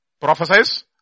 prophesies